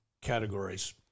categories